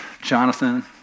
Jonathan